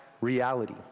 reality